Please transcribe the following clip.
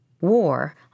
War